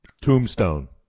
Tombstone